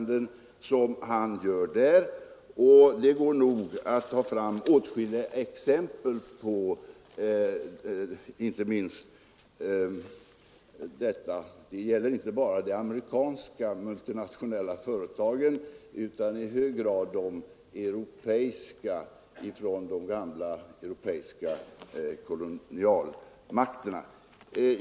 Det går nog att ta fram åtskilliga exempel på inte minst detta förhållande. Och det gäller inte bara de amerikanska multinationella företagen utan i hög grad de europeiska från de gamla europeiska kolonialmakterna.